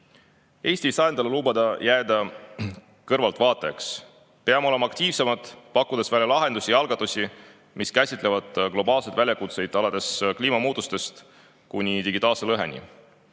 ei saa endale lubada kõrvaltvaatajaks jäämist. Peame olema aktiivsemad, pakkudes välja lahendusi ja algatusi, mis käsitlevad globaalseid väljakutseid alates kliimamuutustest kuni digitaalse lõheni.